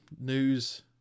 news